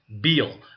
Beal